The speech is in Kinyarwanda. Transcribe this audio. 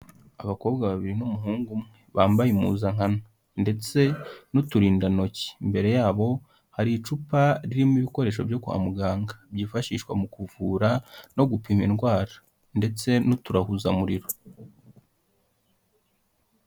Abakobwa babiri n'umuhungu umwe bambaye impuzankano ndetse n'uturindantoki, imbere yabo hari icupa ririmo ibikoresho byo kwa muganga byifashishwa mu kuvura no gupima indwara ndetse n'uturahuzamuriro.